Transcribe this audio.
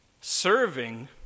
serving